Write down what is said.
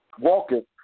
walking